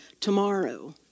tomorrow